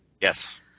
yes